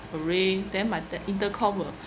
will ring then my that intercom will